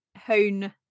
hone